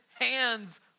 hands